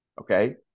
Okay